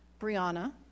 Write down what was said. Brianna